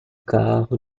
carro